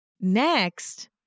Next